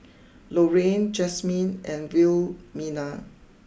Lorene Jasmin and Wilhelmina